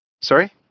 Sorry